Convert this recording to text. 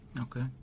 Okay